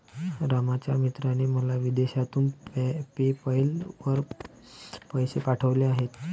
रामच्या मित्राने मला विदेशातून पेपैल वर पैसे पाठवले आहेत